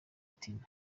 tino